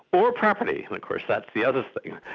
or property, and of course that's the other thing,